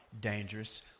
dangerous